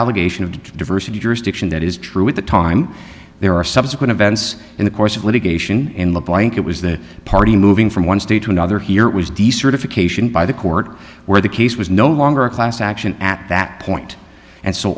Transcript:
allegation of diversity jurisdiction that is true at the time there are subsequent events in the course of litigation in the blanket was that party moving from one state to another here was d c certification by the court where the case was no longer a class action at that point and so